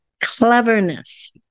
cleverness